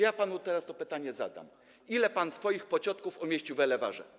Ja panu teraz to pytanie zadam: Ilu pan swoich pociotków umieścił w Elewarrze?